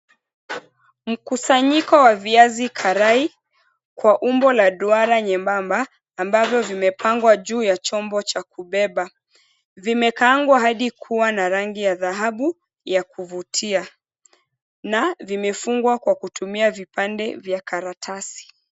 Mkusanyiko wa viazi karai kwa umbo la duara nyembamba, ambazo zimepangwa juu ya chombo cha kubeba. Vimekaangwa hadi kuwa na rangi ya dhahabu ya kuvutia, na vimefungwa kwa kutumia vipande vya karatasi.